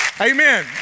Amen